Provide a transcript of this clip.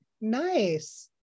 Nice